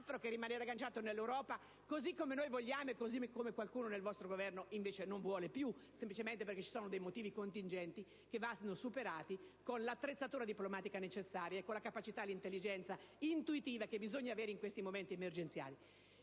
che rimanere agganciato all'Europa, come noi vogliamo, a differenza di qualche membro del vostro Governo che vuole uscirne semplicemente per alcuni motivi contingenti, che vanno superati con l'attrezzatura diplomatica necessaria e con la capacità e l'intelligenza intuitiva che bisogna avere in questi momenti emergenziali.